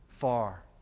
far